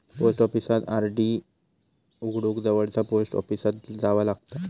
post ऑफिसात RD उघडूक जवळचा पोस्ट ऑफिसात जावा लागता